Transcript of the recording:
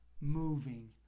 moving